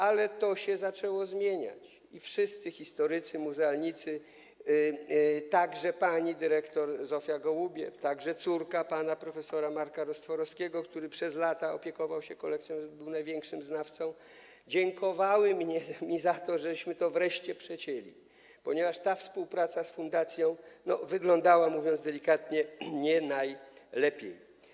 Ale to zaczęło się zmieniać i wszyscy historycy, muzealnicy, także pani dyrektor Zofia Gołubiew, także córka pana prof. Marka Rostworowskiego, który przez lata opiekował się kolekcją, był największym znawcą, dziękowali mi za to, że wreszcie to przecięliśmy, ponieważ ta współpraca z fundacją wyglądała, mówiąc delikatnie, nie najlepiej.